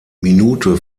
minute